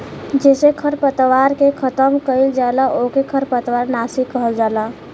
जेसे खरपतवार के खतम कइल जाला ओके खरपतवार नाशी कहल जाला